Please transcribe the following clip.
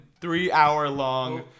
three-hour-long